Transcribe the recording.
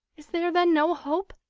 is there then no hope?